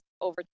over